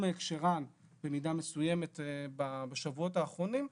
מהקשרן במידה מסוימת בשבועות האחרונים.